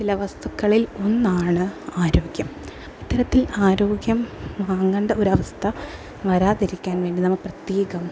ചില വസ്തുക്കളിൽ ഒന്നാണ് ആരോഗ്യം അത്തരത്തിൽ ആരോഗ്യം വാങ്ങണ്ട ഒരു അവസ്ഥ വരാതിരിക്കാൻ വേണ്ടി നാം പ്രത്യേകം